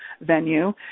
venue